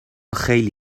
خیلی